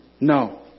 No